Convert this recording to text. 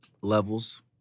levels